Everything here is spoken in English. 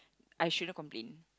I shouldn't complain